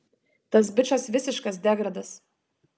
tas bičas visiškas degradas